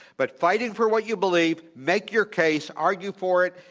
but fighting for what you believe, make your case, argue for it,